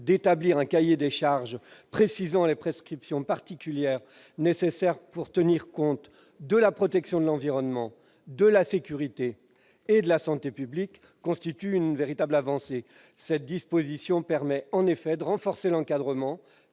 d'établir un cahier des charges précisant les prescriptions particulières nécessaires pour tenir compte de la protection de l'environnement, de la sécurité et de la santé publiques constitue une avancée. En effet, cette disposition permet de renforcer l'encadrement